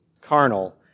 carnal